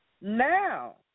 Now